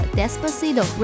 Despacito